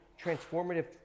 transformative